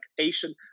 asian